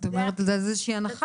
את אומרת את זה על איזה שהיא הנחה.